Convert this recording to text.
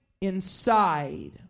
inside